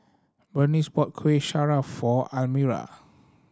Berniece bought Kuih Syara for Almyra